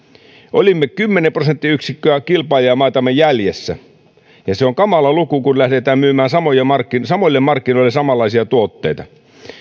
olimme kymmenen prosenttiyksikköä kilpailijamaitamme jäljessä ja se on kamala luku kun lähdetään myymään samoille markkinoille samanlaisia tuotteita